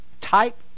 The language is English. type